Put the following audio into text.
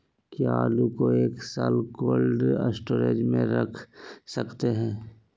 क्या आलू को एक साल कोल्ड स्टोरेज में रख सकते हैं?